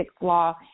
law